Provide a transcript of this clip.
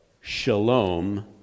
shalom